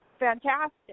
Fantastic